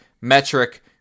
metric